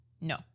No